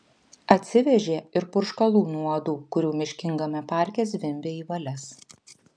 atsivežė ir purškalų nuo uodų kurių miškingame parke zvimbė į valias